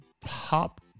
pop